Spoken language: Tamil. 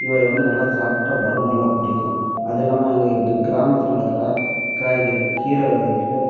இவை வந்து நல்லா சாப்பிட்டா உடம்பு நல்லா பிடிக்கும் அதுவும் இல்லாமல் எங்கள் கி கிராமத்தில் நடக்கிற காய்கள் கீரை வகைகள்